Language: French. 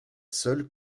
seule